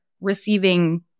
receiving